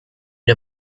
the